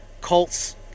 cults